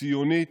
ציונית,